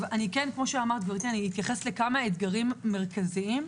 אתייחס לכמה אתגרים מרכזיים.